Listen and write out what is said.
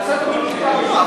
עשה תוכנית מתאר,